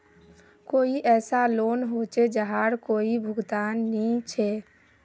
कोई ऐसा लोन होचे जहार कोई भुगतान नी छे?